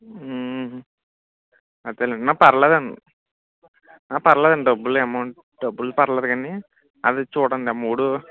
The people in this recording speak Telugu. అంతేలేండి ఆ పర్లేదు అండి పర్లేదు అండి డబ్బులు అమౌంట్ డబ్బులు పర్లేదు కానీ అది చూడండి ఆ మూడు